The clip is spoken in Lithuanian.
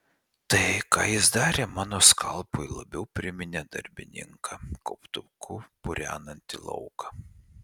tai ką jis darė mano skalpui labiau priminė darbininką kauptuku purenantį lauką